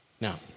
Now